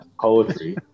poetry